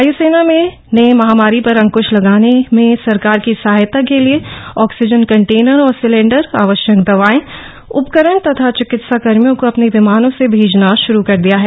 वायुसेना ने महामारी पर अंकृश लगाने में सरकार की सहायता के लिए ऑक्सीजन कन्टेनर और सिलेंडर आवश्यक दवाए उपकरण तथा चिकित्साकर्मियों को अपने विमानों से भेजना शुरू कर दिया है